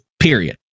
period